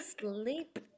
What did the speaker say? Sleep